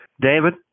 David